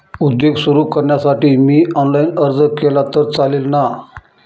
उद्योग सुरु करण्यासाठी मी ऑनलाईन अर्ज केला तर चालेल ना?